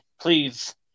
please